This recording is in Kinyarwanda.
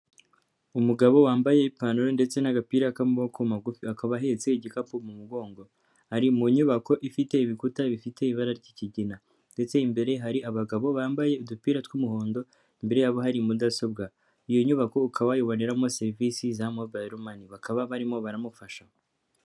Umugabo wambaye ipantaro ndetse n'apira k'amaboko magufi akaba ahetse igikapu mu mugongo, ari mu nyubako ifite ibikuta bifite ibara ry'ikigina ndetse imbere hari abagabo bambaye udupira tw'umuhondo, imbere yabo hari mudasobwa iyo nyubako ukaba yayiboneramo serivisi za mobileman bakaba barimo baramufasha.